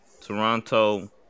Toronto